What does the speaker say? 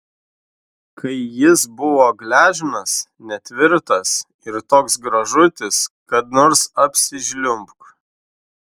kai jis buvo gležnas netvirtas ir toks gražutis kad nors apsižliumbk